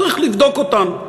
צריך לבדוק אותן,